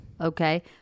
Okay